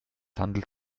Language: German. handelt